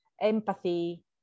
Empathy